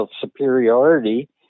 superiority